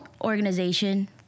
organization